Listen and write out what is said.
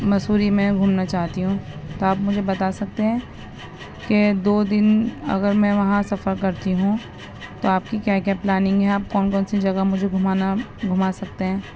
مسوری میں گھومنا چاہتی ہوں تو آپ مجھے بتا سکتے ہیں کہ دو دن اگر میں وہاں سفر کرتی ہوں تو آپ کی کیا کیا پلاننگ ہے آپ کون کون سی جگہ مجھے گھمانا گھما سکتے ہیں